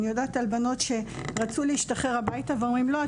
אני יודעת על בנות שרצו להשתחרר הביתה ואומרים לא,